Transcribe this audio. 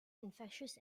infectious